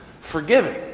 forgiving